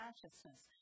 consciousness